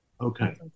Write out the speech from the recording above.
Okay